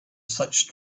such